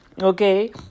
Okay